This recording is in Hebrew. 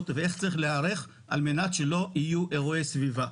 ואיך צריך להיערך על מנת שלא יהיו אירועי סביבה.